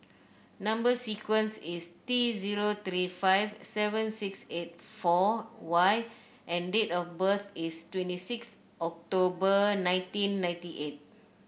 number sequence is T zero three five seven six eight four Y and date of birth is twenty six October nineteen ninety eight